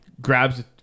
grabs